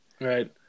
Right